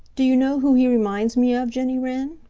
do you know who he reminds me of, jenny wren?